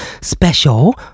Special